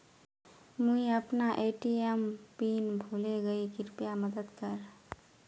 मुई अपना ATM pin भूले गही कृप्या मदद कर